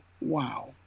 Wow